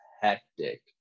hectic